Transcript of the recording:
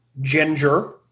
ginger